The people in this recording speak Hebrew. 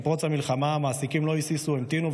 עם פרוץ המלחמה המעסיקים לא היססו והמתינו,